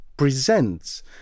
presents